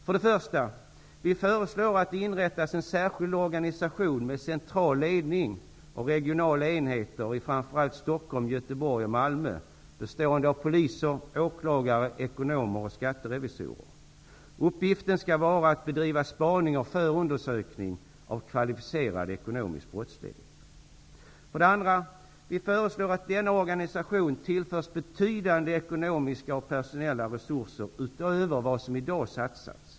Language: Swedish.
För det första: Vi föreslår att det inrättas en särskild organisation med central ledning och regionala enheter i framför allt Stockholm, Göteborg och Malmö bestående av poliser, åklagare, ekonomer och skatterevisorer. Uppgiften skall vara att bedriva spaning och förundersökning av kvalificerad ekonomisk brottslighet. För det andra: Vi föreslår att denna organisation tillförs betydande ekonomiska och personella resurser utöver vad som i dag satsas.